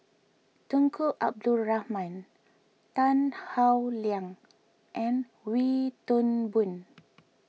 Tunku Abdul Rahman Tan Howe Liang and Wee Toon Boon